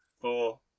four